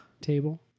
table